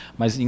mas